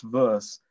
verse